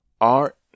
Art